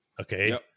Okay